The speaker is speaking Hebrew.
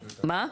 מה?